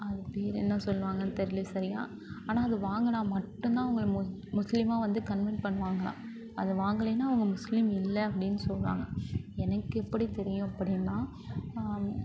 அது பேர் என்ன சொல்லுவாங்கன்னு தெரியலை சரியாக ஆனால் அதை வாங்கினா மட்டுந்தான் அவங்க மு முஸ்லீமாக வந்து கன்வெட் பண்ணுவாங்களாம் அது வாங்கலேன்னால் அவங்க முஸ்லீம் இல்லை அப்படின்னு சொல்லுவாங்க எனக்கு எப்படி தெரியும் அப்படினா